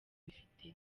bifite